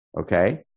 okay